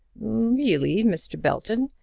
really, mr. belton,